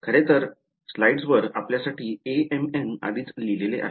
खरे तर स्लाइड्सवर आपल्यासाठी Amn आधीच लिहिलेले आहे